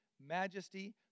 majesty